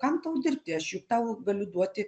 kam tau dirbti aš juk tau galiu duoti